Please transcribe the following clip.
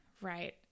Right